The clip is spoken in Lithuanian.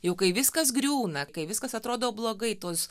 jau kai viskas griūna kai viskas atrodo blogai tos